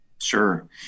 Sure